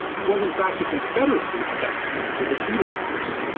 it was, in fact, the confederacy at that time, the defeated force,